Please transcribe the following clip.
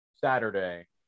Saturday